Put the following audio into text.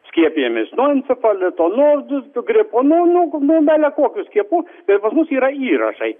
skiepijamės nuo encefalito nuo gripo nuo nuo bilenkokių skiepų tai pas mus yra įrašai